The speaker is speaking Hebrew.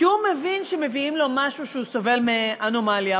כי הוא מבין שמביאים לו משהו שסובל מאנומליה.